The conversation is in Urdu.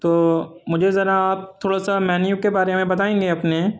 تو مجھے ذرا آپ تھوڑا سا مینیو کے بارے میں بتائیں گے اپنے